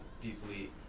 deeply